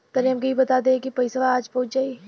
तनि हमके इ बता देती की पइसवा आज पहुँच जाई?